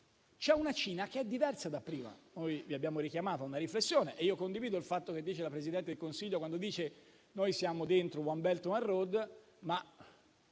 c'è una Cina che è diversa da prima. Vi abbiamo richiamato a una riflessione e io sono d'accordo con la Presidente del Consiglio, quando dice che noi siamo dentro *One Belt One Road*, ma